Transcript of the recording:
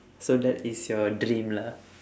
so that is your dream lah